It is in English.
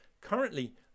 currently